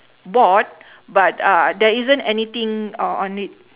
board but uh there isn't anything on it